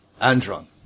Andron